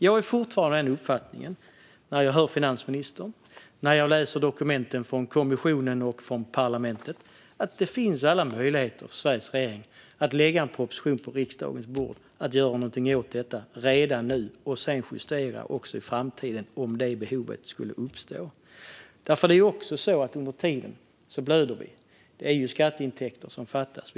Jag är fortfarande av den uppfattningen, när jag hör finansministern och när jag läser dokumenten från kommissionen och från parlamentet, att det finns alla möjligheter för Sveriges regering att lägga en proposition på riksdagens bord, göra någonting åt detta redan nu och sedan göra justeringar i framtiden om behovet skulle uppstå. Det är ju också så att under tiden blöder vi. Skatteintäkter fattas.